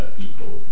people